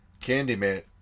Candyman